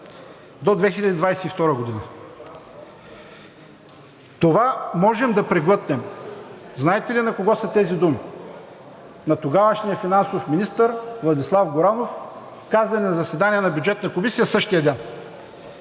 до 2022 г. „Това можем да преглътнем“ – знаете ли на кого са тези думи? На тогавашния финансов министър Владислав Горанов, казани на заседание на Бюджетната комисия същия ден.